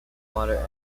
water